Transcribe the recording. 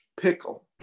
pickle